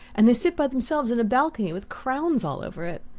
and they sit by themselves in a balcony with crowns all over it.